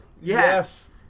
Yes